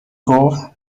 گفت